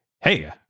hey